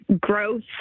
growth